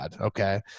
okay